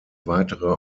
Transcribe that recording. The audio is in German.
weitere